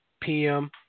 PM